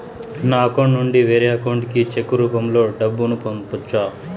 నా అకౌంట్ నుండి వేరే అకౌంట్ కి చెక్కు రూపం లో డబ్బును పంపొచ్చా?